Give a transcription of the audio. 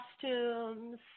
costumes